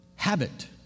habit